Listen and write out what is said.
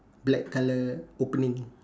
black colour opening